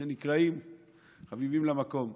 שנקראו חביבין למקום".